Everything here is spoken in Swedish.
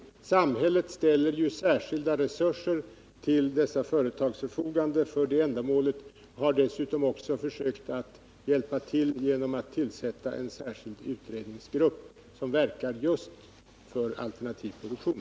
Samhället ställer ju särskilda resurser till dessa företags förfogande för det ändamålet och har dessutom försökt att hjälpa till genom att tillsätta en särskild utredningsgrupp som verkar just för alternativ produktion.